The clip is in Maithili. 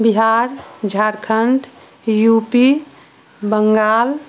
बिहार झारखण्ड यूपी बंगाल